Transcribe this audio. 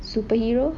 superhero